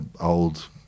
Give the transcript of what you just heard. old